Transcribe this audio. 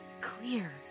clear